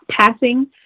Passing